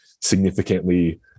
significantly